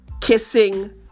kissing